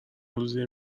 روزیه